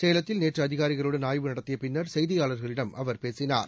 சேலத்தில் நேற்று அதிகாரிகளுடன் ஆய்வு நடத்திய பின்னர் செய்தியாளர்களிடம் அவர் பேசினார்